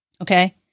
Okay